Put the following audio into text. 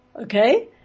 Okay